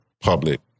public